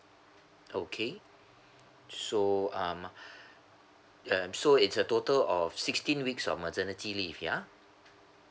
okay so um ya so it's a total of sixteen weeks of maternity leave yeah